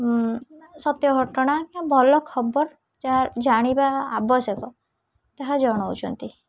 ସତ୍ୟ ଘଟଣା ଭଲ ଖବର ଯାହା ଜାଣିବା ଆବଶ୍ୟକ ତାହା ଜଣାଉଛନ୍ତି